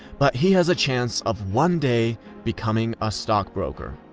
but he has a chance of one day becoming a stockbroker.